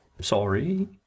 sorry